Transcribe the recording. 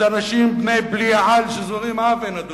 אלה אנשים בני-בליעל שזורים עוול, אדוני.